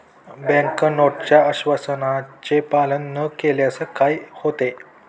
Bank नोटच्या आश्वासनाचे पालन न केल्यास काय होते?